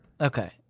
Okay